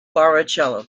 barrichello